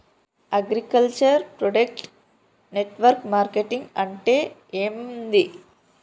Agriculture product network marketing అంటే ఏంది?